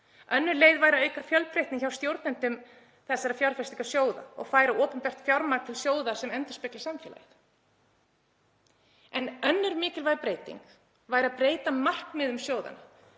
Önnur leið væri að auka fjölbreytni hjá stjórnendum þessara fjárfestingarsjóða og færa opinbert fjármagn til sjóða sem endurspegla samfélagið. Önnur mikilvæg breyting væri að breyta markmiðum sjóðanna,